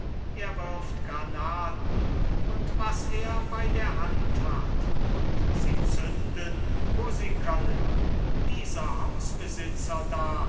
er wirft granaten und was er bei der hand hat und sie zünden wo sie können dieser hausbesitzer da